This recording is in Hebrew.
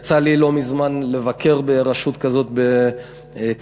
יצא לי לא מזמן לבקר ברשות כזאת בכרמיאל,